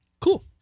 Cool